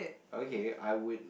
oh okay I would